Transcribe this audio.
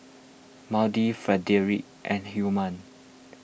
Maude Frederic and Hyman